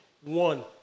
one